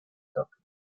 soccer